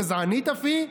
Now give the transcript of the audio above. גזענית אף היא?